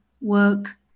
work